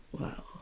Wow